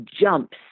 jumps